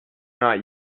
not